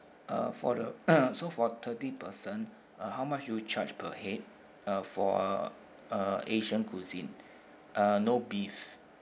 uh for the so for thirty person uh how much you charge per head uh for a uh asian cuisine uh no beef